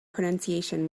pronunciation